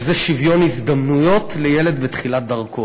וזה שוויון הזדמנויות לילד בתחילת דרכו.